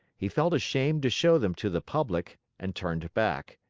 he felt ashamed to show them to the public and turned back.